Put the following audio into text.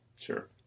sure